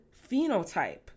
phenotype